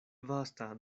vasta